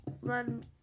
one